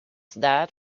that